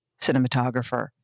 cinematographer